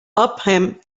upham